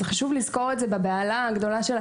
חשוב לזכור את זה בבהלה הגדולה.